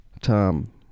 Tom